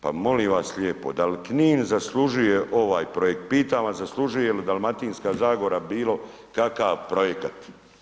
Pa molim vas lijepo, da li Knin zaslužuje ovaj projekt, pitam vas, zaslužuje li Dalmatinska zagora bilo kakav projekat?